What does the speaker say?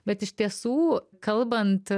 bet iš tiesų kalbant